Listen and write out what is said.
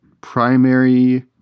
primary